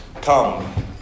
come